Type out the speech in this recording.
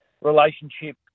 relationship